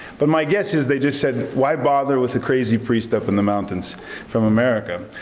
but my guess is they just said, why bother with the crazy priest up in the mountains from america?